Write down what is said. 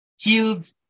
killed